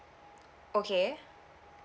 okay